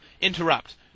interrupt